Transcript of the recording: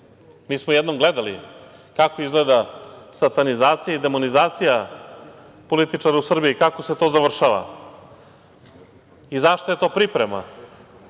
Mi smo jednom gledali kako izgleda satanizacija i demonizacija političara u Srbiji, kako se to završava i za šta je to priprema?